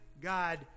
God